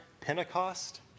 Pentecost